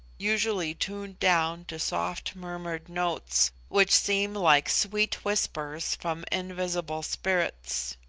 usually tuned down to soft-murmured notes, which seem like sweet whispers from invisible spirits.